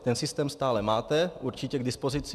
Ten systém stále máte určitě k dispozici.